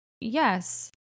yes